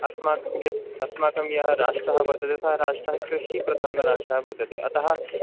अस्माकं यत् अस्माकं यः राष्ट्रः वर्तते सः राष्ट्रः कृषिप्रधानराष्ट्रः वर्तते अतः